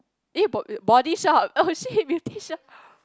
eh Bo~ Body Shop oh shit Beauty Shop